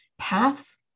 paths